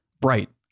bright